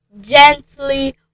gently